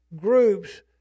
groups